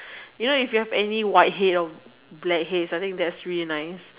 you know if you have any whitehead or blackhead I think that's really nice